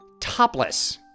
topless